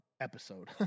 episode